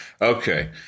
Okay